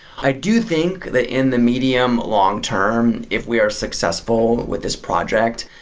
i do think that in the medium long-term, if we are successful with this project,